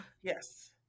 yes